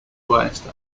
waste